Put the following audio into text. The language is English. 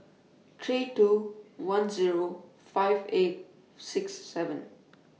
three two one Zero five eight six seven